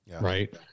right